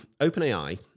OpenAI